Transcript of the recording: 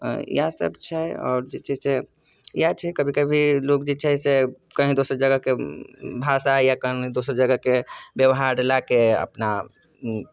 अऽ इएह सभ छै आओर जे छै से इएह छै कभी कभी लोग जे छै से कही दोसर जगहके भाषा या कहीं दोसर जगहके व्यवहार लाके अपना उ